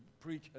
preach